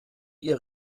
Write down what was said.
ihr